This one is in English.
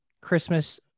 Christmas